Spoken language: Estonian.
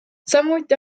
samuti